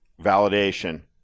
validation